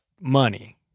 money